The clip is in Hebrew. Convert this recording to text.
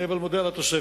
אני אבל מודה על התוספת.